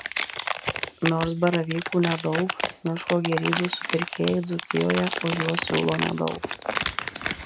nors baravykų nedaug miško gėrybių supirkėjai dzūkijoje už juos siūlo nedaug